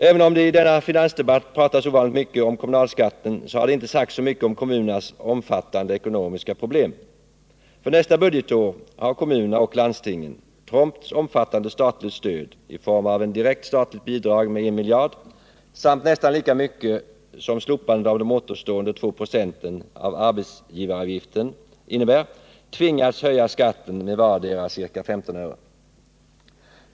Även om det i denna finansdebatt pratats ovanligt mycket om kommunalskatten, har det inte sagts så mycket om kommunernas omfattande ekonomiska problem. För nästa budgetår har kommunerna och landstingen, trots omfattande statligt stöd i form av ett direkt statligt bidrag med en miljard samt nästan lika mycket i form av slopandet av återstående 296 av arbetsgivaravgiften, tvingats höja skatten med vardera ca 15 öre.